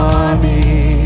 army